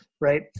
right